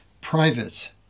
private